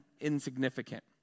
insignificant